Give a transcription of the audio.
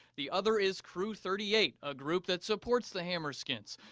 the other is crew thirty eight a group that supports the hammerskins.